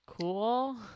cool